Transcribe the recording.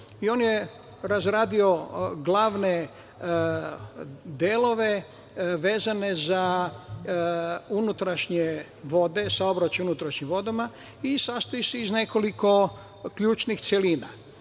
On je razradio glavne delove vezane za unutrašnje vode, saobraćaj na unutrašnjim vodama i sastoji se iz nekoliko ključnih celina.